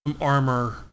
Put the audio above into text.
armor